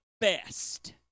best